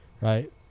Right